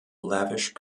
lavish